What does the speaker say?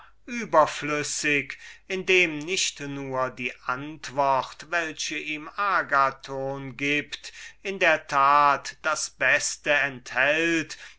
überflüssig indem nicht nur die antwort welche ihm agathon gibt das beste enthält